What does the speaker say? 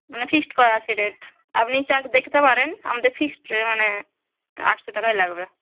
মানে ফিক্সড করা আছে রেট আপনি চার্ট দেখতে পারেন আমাদের ফিক্সড মানে আটশো টাকাই লাগবে